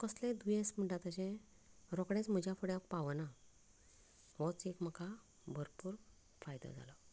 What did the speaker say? कसलेंय दुयेंस म्हणटा तशें रोखडेंच म्हज्या फुड्यान पावना होच एक म्हाका भरपूर फायदो जाला